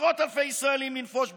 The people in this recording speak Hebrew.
עשרות אלפי ישראלים לנפוש בחו"ל,